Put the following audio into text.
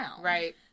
Right